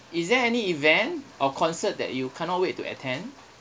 is there any event or concert that you cannot wait to attend